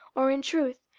or in truth,